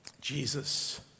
Jesus